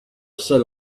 sell